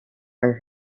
are